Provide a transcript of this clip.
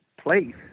place